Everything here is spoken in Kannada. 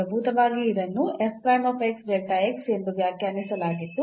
ಮೂಲಭೂತವಾಗಿ ಇದನ್ನು ಎಂದು ವ್ಯಾಖ್ಯಾನಿಸಲಾಗಿತ್ತು